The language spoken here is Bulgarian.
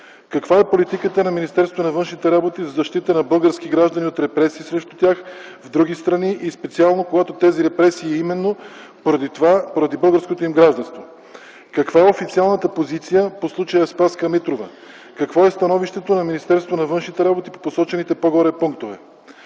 на външните работи за защита на български граждани от репресии срещу тях в други страни и специално когато тази репресия е именно поради българското им гражданство? Каква е официалната позиция по случая Спаска Митрова? Какво е становището на Министерството на